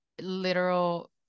literal